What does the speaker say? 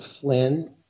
Flynn